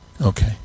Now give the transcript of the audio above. okay